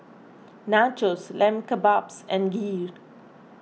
Nachos Lamb Kebabs and Kheer